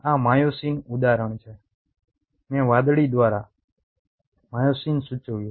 આ માયોસિન ઉદાહરણ તરીકે મેં વાદળી દ્વારા માયોસિન સૂચવ્યું